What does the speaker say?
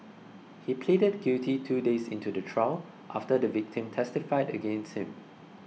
he pleaded guilty two days into the trial after the victim testified against him